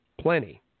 Plenty